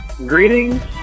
Greetings